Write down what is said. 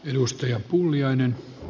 arvoisa puhemies